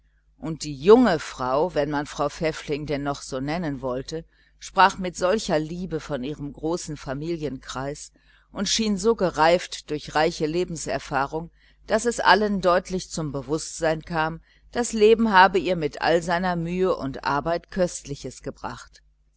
und die junge frau wenn man frau pfäffling noch so nennen wollte sprach mit solcher liebe von ihrem großen familienkreis und schien so gereift durch reiche lebenserfahrung daß es allen deutlich zum bewußtsein kam das leben habe ihr mit all seiner mühe und arbeit köstliches gebracht